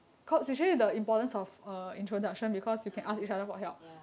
ah ya